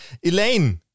Elaine